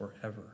forever